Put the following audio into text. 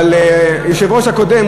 אבל היושב-ראש הקודם,